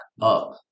up